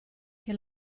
che